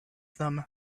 them